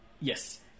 Yes